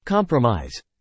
Compromise